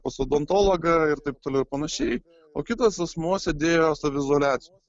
pas odontologą ir taip toliau ir panašiai o kitas asmuo sėdėjo saviizoliacijoj